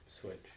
Switch